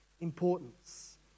importance